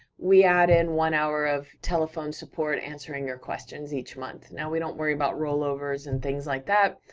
we add in one hour of telephone support, answering your questions, each month. now we don't worry about rollovers and things like that,